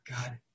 God